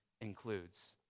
includes